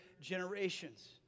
generations